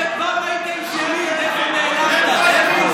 עודד, פעם היית איש ימין, איפה נעלמת?